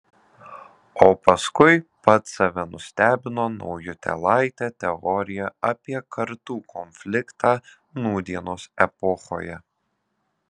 o paskui pats save nustebino naujutėlaite teorija apie kartų konfliktą nūdienos epochoje